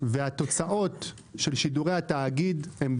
והתוצאות של שידורי התאגיד הן,